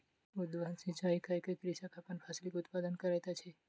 उद्वहन सिचाई कय के कृषक अपन फसिलक उत्पादन करैत अछि